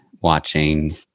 watching